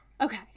Okay